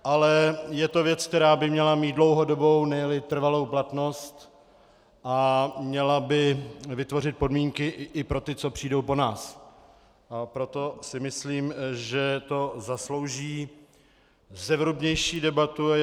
Ale je to věc, která by měla mít dlouhodobou, neli trvalou platnost a měla by vytvořit podmínky i pro ty, co přijdou po nás, a proto si myslím, že si to zaslouží zevrubnější debatu.